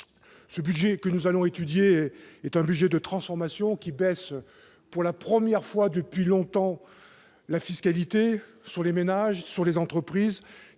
ce budget que nous allons étudier est un budget de transformation qui baisse pour la première fois depuis longtemps la fiscalité sur les ménages sur les entreprises